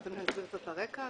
אדוני, להסביר קצת את הרקע?